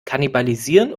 kannibalisieren